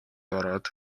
ороод